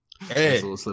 Hey